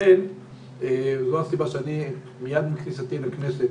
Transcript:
זו הסיבה שמיד עם כניסתי לכנסת